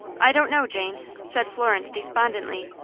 i don't know, jane, said florence, despondently.